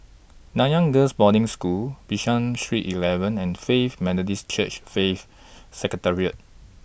Nanyang Girls' Boarding School Bishan Street eleven and Faith Methodist Church Faith Sanctuary